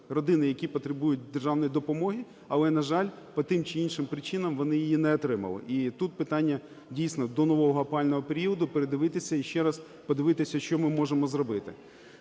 родини, які потребують державної допомоги, але, на жаль, по тим чи іншим причинам, вони її не отримали. І тут питання дійсно до нового опалювального періоду передивитися і ще раз подивитися, що ми можемо зробити.